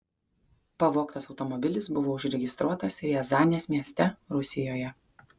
pavogtas automobilis buvo užregistruotas riazanės mieste rusijoje